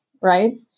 right